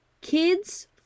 Kids